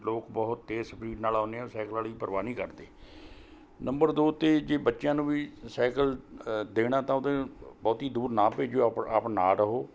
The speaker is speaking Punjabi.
ਲੋਕ ਬਹੁਤ ਤੇਜ਼ ਸਪੀਡ ਨਾਲ਼ ਆਉਂਦੇ ਆ ਸਾਈਕਲ ਵਾਲੀ ਪਰਵਾਹ ਨਹੀਂ ਕਰਦੇ ਨੰਬਰ ਦੋ 'ਤੇ ਜੇ ਬੱਚਿਆਂ ਨੂੰ ਵੀ ਸਾਈਕਲ ਦੇਣਾ ਤਾਂ ਉਹਦੇ ਬਹੁਤੀ ਦੂਰ ਨਾ ਭੇਜੋ ਅਪ ਆਪ ਨਾਲ ਰਹੋ